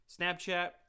Snapchat